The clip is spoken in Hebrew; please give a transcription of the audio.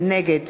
נגד